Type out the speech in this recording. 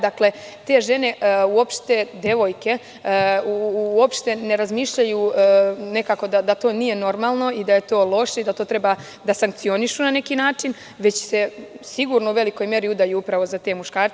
Dakle, te žene uopšte ne razmišljaju da to nije normalno i da je to loše i da to treba da sankcionišu na neki način, već se sigurno u velikoj meri udaju upravu za te muškarce.